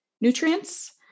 nutrients